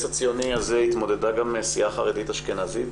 הציוני הזה התמודדה גם סיעה חרדית אשכנזית